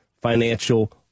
financial